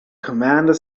commander